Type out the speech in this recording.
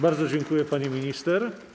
Bardzo dziękuję, pani minister.